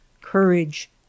Courage